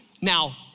Now